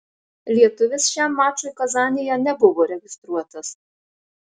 lietuvis šiam mačui kazanėje nebuvo registruotas